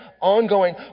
ongoing